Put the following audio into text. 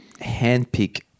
handpick